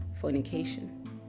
fornication